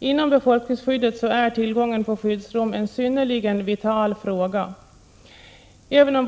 Tillgången till skyddsrum är en synnerligen vital fråga inom befolkningsskyddet.